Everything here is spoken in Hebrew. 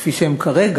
כפי שהן כרגע.